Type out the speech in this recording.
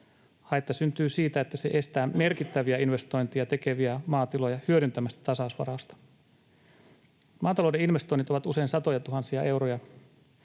Haitta syntyy siitä, että se estää merkittäviä investointeja tekeviä maatiloja hyödyntämästä tasausvarausta. Maatalouden investoinnit ovat usein satojatuhansia euroja.